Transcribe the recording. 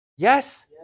Yes